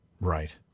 Right